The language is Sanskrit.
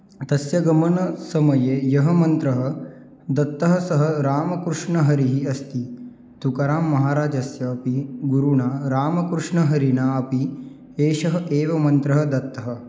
तस्य गमनसमये यः मन्त्रः दत्तः सः रामकृष्णहरिः अस्ति तुकराम् महाराजस्य अपि गुरुणा रामकृष्णहरिना अपि एषः एव मन्त्रः दत्तः